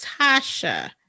Tasha